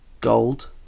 gold